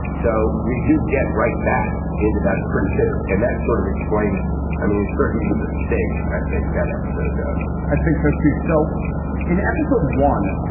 so we do get right back into that. pretty sad. and that sort of explains i mean, it gives you the stakes. i think that episode does i think so, too. so in episode one,